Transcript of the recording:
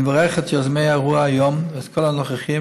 אני מברך את יוזמי האירוע היום ואת כל הנוכחים,